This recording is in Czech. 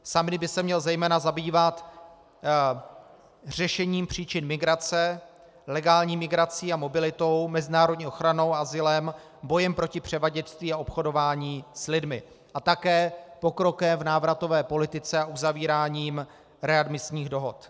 Summit by se měl zejména zabývat řešením příčin migrace, legální migrací a mobilitou, mezinárodní ochranou a azylem, bojem proti převaděčství a obchodování s lidmi a také pokrokem v návratové politice a uzavíráním readmisních dohod.